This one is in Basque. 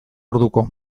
orduko